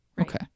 Okay